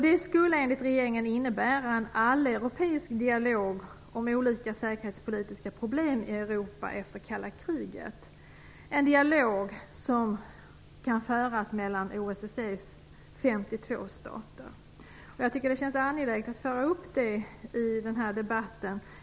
Det skulle enligt regeringen innebära en alleuropeisk dialog om olika säkerhetspolitiska problem i Europa efter det kalla kriget - en dialog som kan föras mellan OSSE:s 52 stater. Det känns angeläget för mig att föra upp detta i den här debatten.